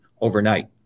overnight